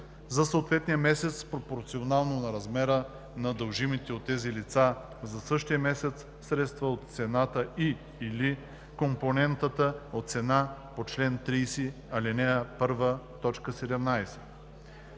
за съответния месец пропорционално на размера на дължимите от тези лица за същия месец средства от цената и/или компонентата от цена по чл. 30, ал. 1, т. 17.